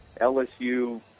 LSU